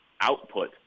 output